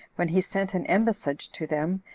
when he sent an embassage to them,